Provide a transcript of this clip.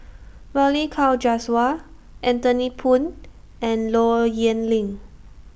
Balli Kaur Jaswal Anthony Poon and Low Yen Ling